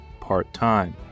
part-time